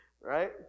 Right